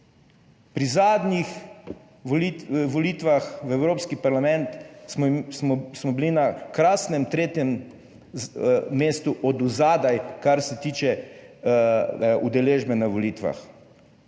Pri zadnjih volitvah v Evropski parlament smo bili na krasnem tretjem mestu od zadaj, kar se tiče udeležbe na volitvah,